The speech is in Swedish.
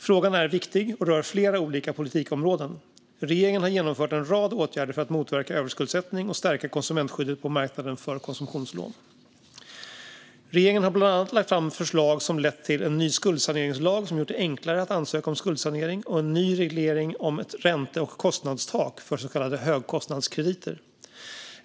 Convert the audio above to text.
Frågan är viktig och rör flera olika politikområden. Regeringen har genomfört en rad åtgärder för att motverka överskuldsättning och stärka konsumentskyddet på marknaden för konsumtionslån. Regeringen har bland annat lagt fram förslag som lett till en ny skuldsaneringslag som gjort det enklare att ansöka om skuldsanering och en ny reglering om ett ränte och kostnadstak för så kallade högkostnadskrediter.